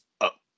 up